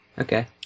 Okay